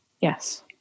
Yes